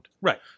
Right